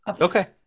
Okay